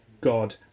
God